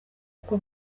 uko